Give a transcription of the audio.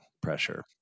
pressure